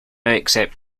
accept